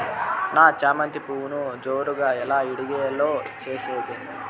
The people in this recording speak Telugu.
నా చామంతి పువ్వును నేను జోరుగా ఎలా ఇడిగే లో చేసేది?